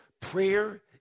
Prayer